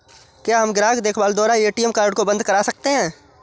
क्या हम ग्राहक देखभाल द्वारा ए.टी.एम कार्ड को बंद करा सकते हैं?